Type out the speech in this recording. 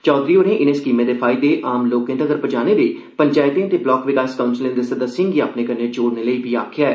चैधरी होरें इनें स्कीमें दे फायदे आम लोर्के तगर पुजाने लेई पंचैते ते ब्लाक विकास काउंसले दे सदस्ये गी अपने कन्नै जोड़ने लेई आखेआ ऐ